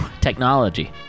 technology